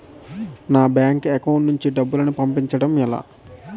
నా bank account నుంచి డబ్బును పంపించడం ఎలా?